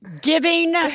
giving